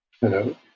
Hello